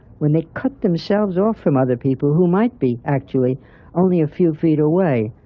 when they cut themselves off from other people who might be actually only a few feet away,